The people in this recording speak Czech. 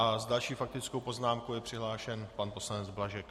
S další faktickou poznámkou je přihlášen pan poslanec Blažek.